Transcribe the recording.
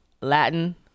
Latin